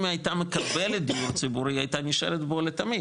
אם היא הייתה מקבלת דיור ציבורי היא הייתה נשארת בו לתמיד,